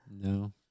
No